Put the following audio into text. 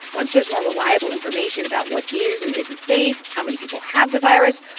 once there's more reliable information about what is and isn't safe, how many people have the virus,